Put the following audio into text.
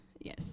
yes